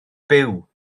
byw